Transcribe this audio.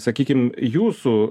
sakykim jūsų